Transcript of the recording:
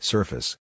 Surface